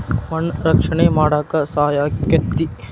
ಮಣ್ಣ ರಕ್ಷಣೆ ಮಾಡಾಕ ಸಹಾಯಕ್ಕತಿ